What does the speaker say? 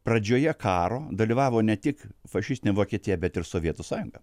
pradžioje karo dalyvavo ne tik fašistinė vokietija bet ir sovietų sąjunga